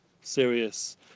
serious